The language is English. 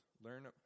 Learn